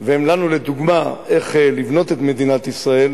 והם לנו לדוגמה איך לבנות את מדינת ישראל